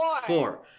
Four